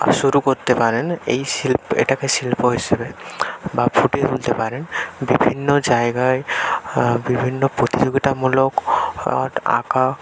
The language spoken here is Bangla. শুরু করতে পারেন এই শিল্প এটাকে শিল্প হিসেবে বা ফুটিয়ে তুলতে পারেন বিভিন্ন জায়গায় বিভিন্ন প্রতিযোগিতামূলক আঁকা